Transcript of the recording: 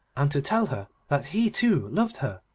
and to tell her that he too loved her.